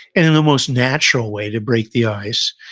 and and the most natural way to break the ice,